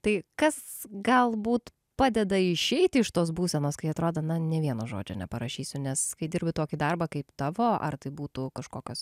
tai kas galbūt padeda išeit iš tos būsenos kai atrodo na nė vieno žodžio neparašysiu nes kai dirbi tokį darbą kaip tavo ar tai būtų kažkokios